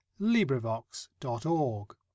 LibriVox.org